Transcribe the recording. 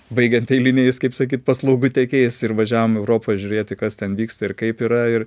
baigiant eiliniais kaip sakyt paslaugų teikėjais ir važiavom europoj žiūrėti kas ten vyksta ir kaip yra ir